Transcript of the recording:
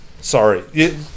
Sorry